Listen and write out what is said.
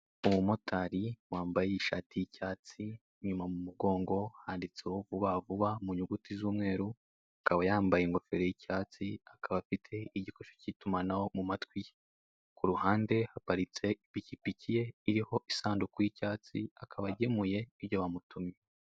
Umumotari wambaye ishati y'icyatsi inyuma mu mugongo haditseho vuba vuba mu nyuguti z'umweru, akaba yambaye ingofero y'icyatsi akaba afite igikoresho k'itumanaho mu matwi ye. Ku ruhamnde haparitse ipikipiki ye iriho isanduku y'icyatsi akaba agemuye ibyo bamutumye.